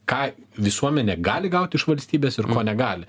ką visuomenė gali gauti iš valstybės ir ko negali